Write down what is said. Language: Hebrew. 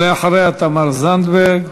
אחריה, תמר זנדברג,